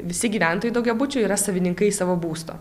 visi gyventojai daugiabučių yra savininkai savo būsto